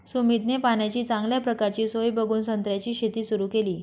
सुमितने पाण्याची चांगल्या प्रकारची सोय बघून संत्र्याची शेती सुरु केली